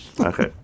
okay